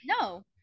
no